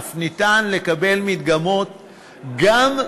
אף ניתן לקבל מקדמות גם,